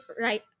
right